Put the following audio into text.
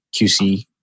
QC